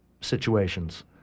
situations